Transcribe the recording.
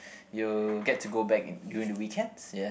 you get to go back during the weekends yeah